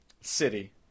City